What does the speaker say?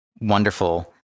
wonderful